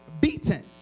Beaten